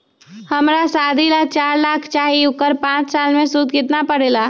हमरा शादी ला चार लाख चाहि उकर पाँच साल मे सूद कितना परेला?